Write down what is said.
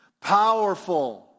Powerful